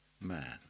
man